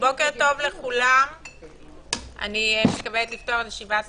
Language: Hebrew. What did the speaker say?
בוקר טוב לכולם, אני מתכבדת לפתוח את ישיבת